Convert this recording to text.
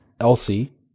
Elsie